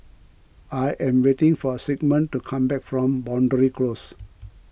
I am waiting for Sigmund to come back from Boundary Close